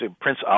Prince